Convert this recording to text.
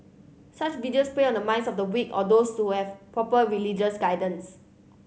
such videos prey on the minds of the weak or those so have proper religious guidance